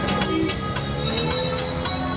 ನೇರಾವರಿಯಾಗ ಎಷ್ಟ ನಮೂನಿ ಅದಾವ್ರೇ?